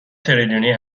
تریلیونی